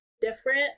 different